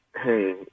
hey